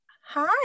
hi